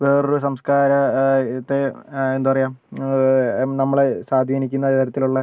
വേറൊരു സംസ്കാര ഇത് എന്താ പറയുക നമ്മളെ സ്വാധീനിക്കുന്ന തരത്തിലുള്ള